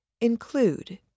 include